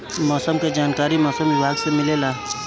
मौसम के जानकारी मौसम विभाग से मिलेला?